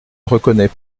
reconnais